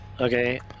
Okay